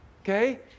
Okay